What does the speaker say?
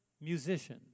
musician